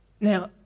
Now